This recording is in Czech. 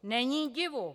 Není divu.